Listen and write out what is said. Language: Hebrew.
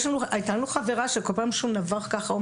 שהייתה לנו חברה שכל פעם שהוא נבח ככה,